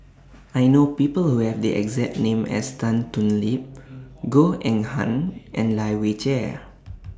I know People Who Have The exact name as Tan Thoon Lip Goh Eng Han and Lai Weijie